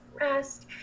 rest